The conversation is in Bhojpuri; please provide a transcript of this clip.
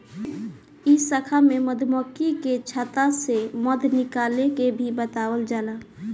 ए शाखा में मधुमक्खी के छता से मध निकाले के भी बतावल जाला